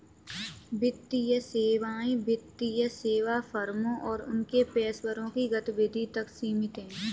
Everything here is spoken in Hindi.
वित्तीय सेवाएं वित्तीय सेवा फर्मों और उनके पेशेवरों की गतिविधि तक सीमित हैं